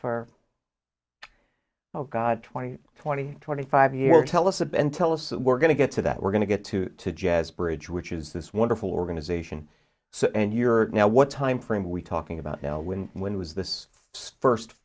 for oh god twenty twenty twenty five year tell us a bit and tell us we're going to get to that we're going to get to the jazz bridge which is this wonderful organization so and you're now what timeframe we talking about you know when when was this first